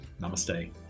Namaste